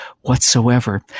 whatsoever